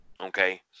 Okay